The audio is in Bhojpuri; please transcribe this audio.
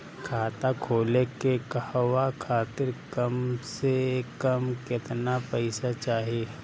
खाता खोले के कहवा खातिर कम से कम केतना पइसा चाहीं?